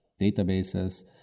databases